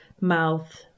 mouth